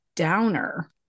Downer